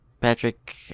Patrick